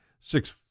six